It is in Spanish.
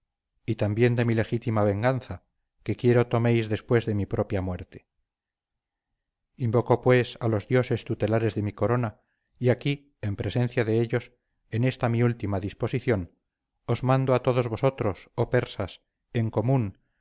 y también de mi legítima venganza que quiero toméis después de mi propia muerte invoco pues a los dioses tutelares de mi corona y aquí en presencia de ellos en esta mi última disposición os mando a todos vosotros oh persas en común